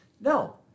no